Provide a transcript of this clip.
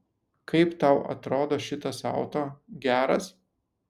kaip tau atrodo šitas auto geras